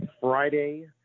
Friday